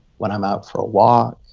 when i'm out for a walk,